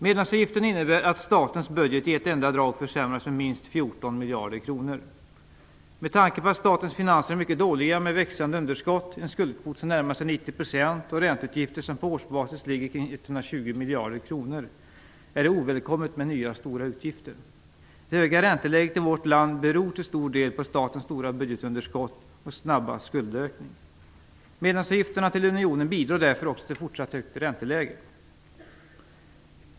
Medlemsavgiften innebär att statens utgifter i ett enda drag försämras med minst 14 miljarder kronor. Med tanke på att statens finanser är mycket dåliga, med växande underskott, en skuldkvot som närmar sig 90 % av bruttonationalprodukten och ränteutgifter som på årsbasis ligger kring 120 miljarder kronor, är det ovälkommet med nya stora utgifter. Det höga ränteläget i vårt land beror till stor del på statens stora budgetunderskott och den snabba skuldökningen. Medlemsavgifterna bidrar därmed också till fortsatt högt ränteläge.